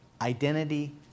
identity